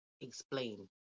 explain